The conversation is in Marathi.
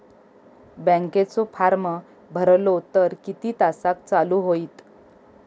बँकेचो फार्म भरलो तर किती तासाक चालू होईत?